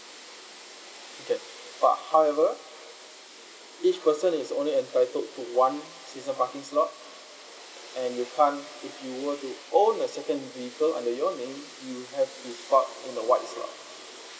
okay but however each person is only entitled to one season parking slot and you can't if you were to own a second vehicle under your name you have to park in the white slot